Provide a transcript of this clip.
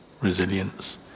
resilience